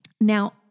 Now